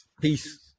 Peace